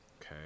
okay